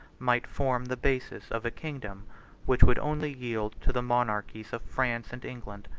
might form the basis of a kingdom which would only yield to the monarchies of france and england.